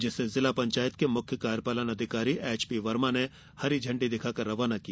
जिसे जिला पंचायत के मुख्य कार्यपालन अधिकारी एच पी वर्मा ने हरि झंडी दिखाकर रवाना किया